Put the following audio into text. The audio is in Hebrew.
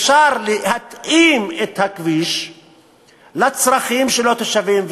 אפשר להתאים את הכביש לצרכים של התושבים,